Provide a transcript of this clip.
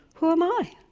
who am i?